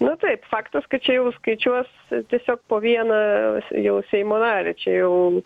na taip faktas kad čia jau skaičiuos tiesiog po vieną jau seimo narį čia jau